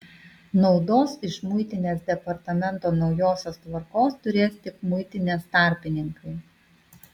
naudos iš muitinės departamento naujosios tvarkos turės tik muitinės tarpininkai